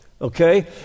okay